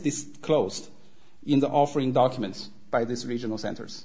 disclosed in the offering documents by this regional centers